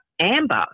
Amber